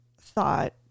thought